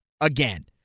again